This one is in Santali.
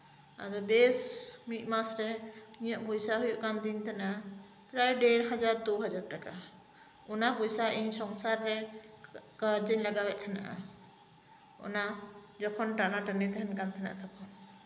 ᱟᱫᱚ ᱵᱮᱥ ᱢᱤᱫ ᱢᱟᱥᱨᱮ ᱤᱧᱟᱹᱜ ᱯᱚᱭᱥᱟ ᱦᱩᱭᱩᱜ ᱠᱟᱱ ᱛᱤᱧ ᱛᱟᱦᱮᱸᱱᱟ ᱯᱨᱟᱭ ᱰᱮᱲ ᱦᱟᱡᱟᱨ ᱫᱩᱦᱟᱡᱟᱨ ᱴᱟᱠᱟ ᱚᱱᱟ ᱯᱚᱭᱥᱟᱜᱮ ᱤᱧ ᱥᱚᱝᱥᱟᱨᱮ ᱠᱟᱡ ᱨᱤᱧ ᱞᱟᱜᱟᱣ ᱮᱫ ᱛᱟᱦᱮᱸᱱᱟ ᱚᱱᱟ ᱡᱚᱠᱷᱚᱱ ᱴᱟᱱᱟ ᱴᱟᱱᱤ ᱛᱟᱦᱮᱸᱱᱟ ᱛᱚᱠᱷᱚᱱ